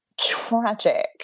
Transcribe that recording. Tragic